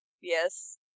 Yes